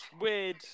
Weird